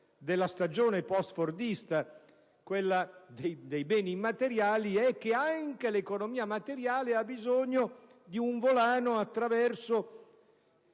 della stagione post-fordista, quella dei beni immateriali, è che anche l'economia immateriale ha bisogno di un volano, attraverso